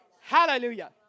Hallelujah